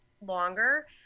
longer